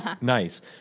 Nice